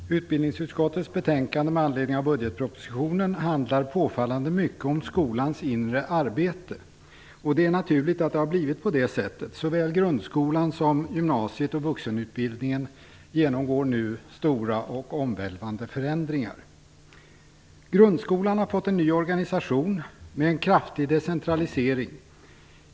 Herr talman! Utbildningsutskottets betänkande med anledning av budgetpropositionen handlar påfallande mycket om skolans inre arbete. Det är naturligt att det har blivit på det sättet. Såväl grundskolan som gymnasiet och vuxenutbildningen genomgår nu stora och omvälvande förändringar. Grundskolan har fått en ny organisation med en kraftig decentralisering.